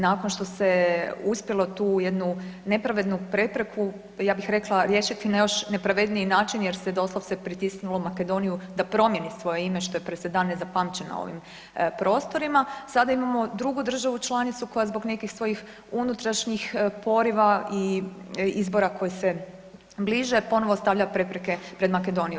Nakon što se uspjelo tu jednu nepravednu prepreku, ja bih rekla riješiti na još nepravedniji način jer se doslovce pritisnulo Makedoniju da promijeni svoje ime što je presedan nezapamćen na ovim prostorima, sada imamo drugu državu članicu koja zbog nekih svojih unutrašnjih poriva i izbora koji se bliže ponovo stavlja prepreke pred Makedoniju.